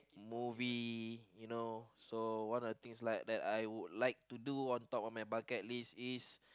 movie you know so what are the things like that I would like to do on top of my bucket list is